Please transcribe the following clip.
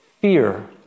fear